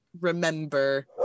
remember